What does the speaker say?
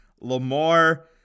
Lamar